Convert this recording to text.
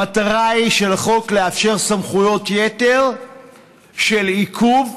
המטרה של החוק היא לאפשר סמכויות יתר של עיכוב,